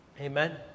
Amen